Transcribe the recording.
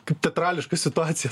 kaip teatrališka situacija